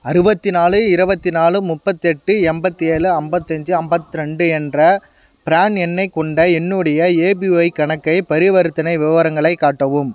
அறுபத்தினாலு இருபத்தினாலு முப்பத்தெட்டு எண்பத்தேழு ஐம்பத்தஞ்சி ஐம்பத்ரெண்டு என்ற ப்ரான் எண்னைக் கொண்ட என்னுடைய ஏபிஒய் கணக்கை பரிவர்த்தனை விவரங்களைக் காட்டவும்